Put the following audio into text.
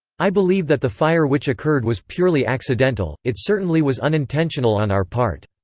i believe that the fire which occurred was purely accidental it certainly was unintentional on our part.